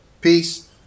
Peace